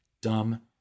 dumb